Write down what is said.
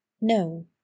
No